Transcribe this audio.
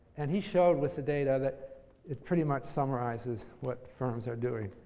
and he showed with the data that it pretty much summarizes what firms are doing.